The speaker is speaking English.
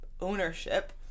ownership